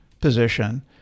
position